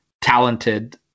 talented